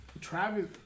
Travis